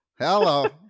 Hello